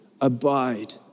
abide